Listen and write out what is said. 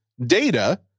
data